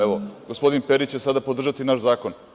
Evo, gospodin Perić će sada podržati naš zakon.